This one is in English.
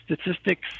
statistics